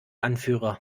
anführer